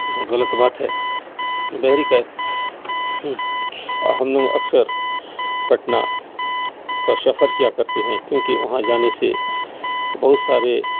غلط بات ہے بہر کیف ہم لوگ اکثر پٹنہ کا سفر کیا کرتے ہیں کیوںکہ وہاں جانے سے بہت سارے